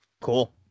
Cool